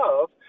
love